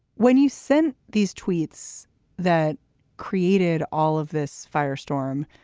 when you send these tweets that created all of this firestorm,